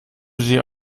dir